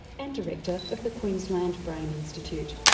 and director of the queensland brian institute.